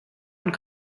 und